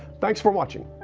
thanks for watching,